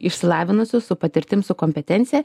išsilavinusių su patirtim su kompetencija